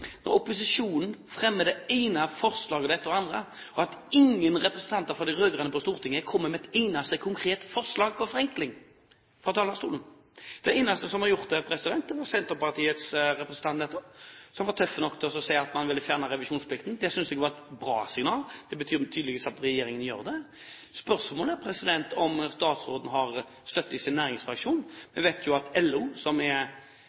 når opposisjonen fremmer det ene forslaget etter det andre, at ingen representanter fra de rød-grønne partiene på Stortinget kommer med et eneste konkret forslag til forenkling fra talerstolen. Den eneste som har gjort det, er Senterpartiets representant her nettopp, som var tøff nok til å si at man vil fjerne revisjonsplikten. Det synes jeg var et bra signal. Det betyr tydeligvis at regjeringen vil gjøre det. Spørsmålet er om statsråden har støtte i sin næringsfraksjon. Vi vet jo at LO, som er